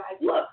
look